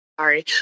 Sorry